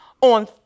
on